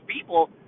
people